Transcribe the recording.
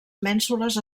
mènsules